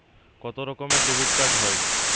কত রকমের ডেবিটকার্ড হয়?